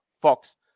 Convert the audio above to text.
Fox